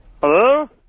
Hello